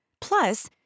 Plus